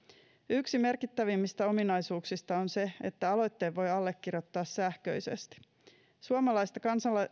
yksi merkittävimmistä ominaisuuksista on se että aloitteen voi allekirjoittaa sähköisesti suomalaista